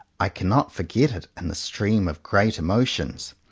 i cannot forget it in the stream of great emotions.